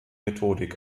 methodik